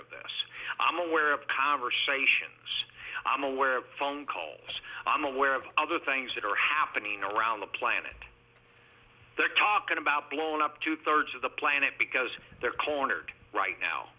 of this i'm aware of conversations i'm aware phone calls i'm aware of other things that are happening around the planet they're talking about blown up two thirds of the planet because they're cornered right now